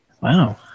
wow